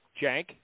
Jank